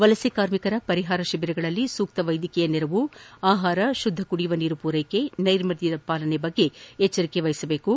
ವಲಸೆ ಕಾರ್ಮಿಕರ ಪರಿಹಾರ ಶಿಬಿರಗಳಲ್ಲಿ ಸೂಕ್ತ ವೈದ್ಯಕೀಯ ನೆರವು ಆಹಾರ ಶುದ್ದ ಕುಡಿಯುವ ನೀರು ನೈರ್ಮಲ್ಯದ ಪಾಲನೆ ಬಗ್ಗೆ ಎಚ್ಚರಿಕೆ ವಹಿಸಬೇಕು